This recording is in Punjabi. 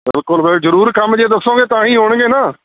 ਬਿਲਕੁਲ ਫਿਰ ਜ਼ਰੂਰ ਕੰਮ ਜੇ ਦੱਸੋਂਗੇ ਤਾਂ ਹੀ ਹੋਣਗੇ ਨਾ